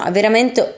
veramente